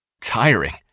tiring